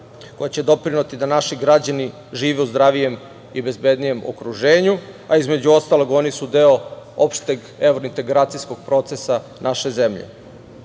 koji će doprineti da naši građani žive u zdravijem i bezbednijem okruženju, a između ostalog oni su deo opšteg evrointegracijskog procesa naše zemlje. Što